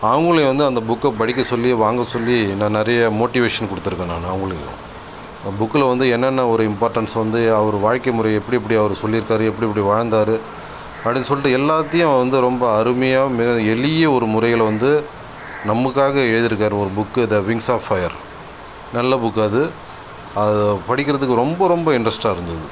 அவர்களையும் வந்து அந்த புக்கை படிக்க சொல்லி வாங்க சொல்லி நான் நிறையா மோட்டிவேஷன் கொடுத்துருக்கேன் நான் அவர்களையும் அந்த புக்கில் வந்து என்னென்ன ஒரு இம்பார்ட்டண்ட்ஸ் வந்து அவர் வாழ்க்கை முறை எப்படி எப்படி அவர் சொல்லிருக்கார் எப்படி எப்படி வாழ்ந்தார் அப்படினு சொல்லிட்டு எல்லாத்தையும் அவர் வந்து ரொம்ப அருமையாகவும் மிக எளிய ஒரு முறைகளை வந்து நமக்காக எழுதிருக்கார் ஒரு book the wings of fire நல்ல புக் அது அதை படிக்கிறதுக்கு ரொம்ப ரொம்ப இன்ரெஸ்ட்டாக இருந்தது